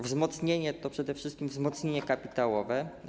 Wzmocnienie to przede wszystkim wzmocnienie kapitałowe.